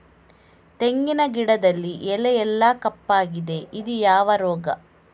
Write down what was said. ತೆಂಗಿನ ಗಿಡದಲ್ಲಿ ಎಲೆ ಎಲ್ಲಾ ಕಪ್ಪಾಗಿದೆ ಇದು ಯಾವ ರೋಗ?